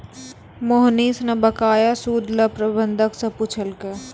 मोहनीश न बकाया सूद ल प्रबंधक स पूछलकै